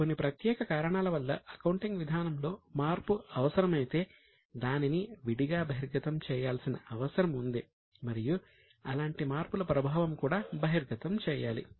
కొన్ని ప్రత్యేక కారణాల వల్ల అకౌంటింగ్ విధానంలో మార్పు అవసరం అయితే దానిని విడిగా బహిర్గతం చేయాల్సిన అవసరం ఉంది మరియు అలాంటి మార్పుల ప్రభావం కూడా బహిర్గతం చేయాలి